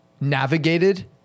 navigated